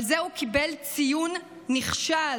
על זה הוא קיבל ציון נכשל,